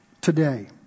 today